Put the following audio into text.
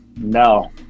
no